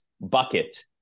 bucket